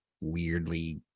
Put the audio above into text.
weirdly